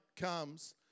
comes